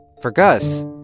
for gus,